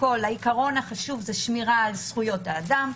החשוב הוא שמירה על זכויות האדם,